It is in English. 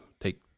take